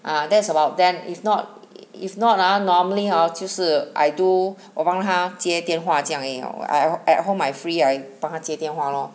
uh that's about them if not if not ah normally ah 就是 I do 我帮他接电话这样而已哦 I'm at home I free I 帮他接电话咯